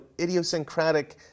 idiosyncratic